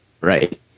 right